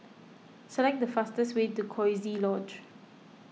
select the fastest way to Coziee Lodge